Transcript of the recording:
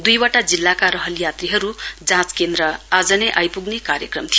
दुईवटा जिल्लाका रहल यात्रीहरू जाँच केन्द्र आज नै आइपुग्ने कार्यक्रम थियो